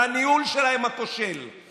על הניהול הכושל שלהם.